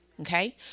Okay